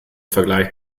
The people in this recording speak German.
vergleich